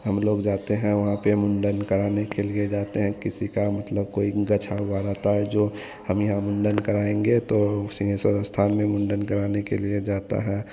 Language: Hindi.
हम लोग जाते हैं वहाँ पर मुंडन कराने के लिए जाते हैं किसी का मतलब कोई गछा हुआ रहता है जो हम यहाँ मुंडन कराएंगे तो सिंगहेश्वर स्थान में मुंडन कराने के लिए जाता है